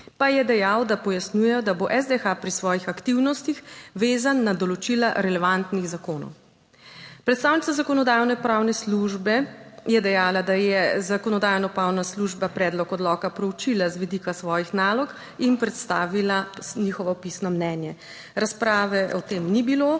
pa je dejal, da pojasnjuje, da bo SDH pri svojih aktivnostih vezan na določila relevantnih zakonov. Predstavnica Zakonodajno-pravne službe je dejala, da je Zakonodajno-pravna služba predlog odloka proučila z vidika svojih nalog in predstavila njihovo pisno mnenje. Razprave o tem ni bilo.